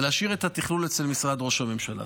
ולהשאיר את התכלול אצל משרד ראש הממשלה.